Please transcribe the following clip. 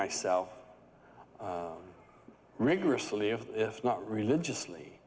myself rigorously if not religiously